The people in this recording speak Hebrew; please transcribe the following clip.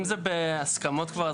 אם זה בהסכמות כבר,